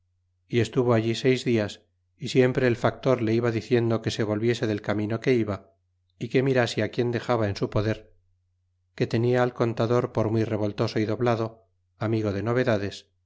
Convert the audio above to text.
y estuvo allí seis dias y siempre el factor le iba diciendo que se volviese del camino que iba y que mirase quien dexaba en su poder que tenia al contador por muy revoltoso y doblado amigo de novedades